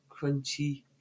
crunchy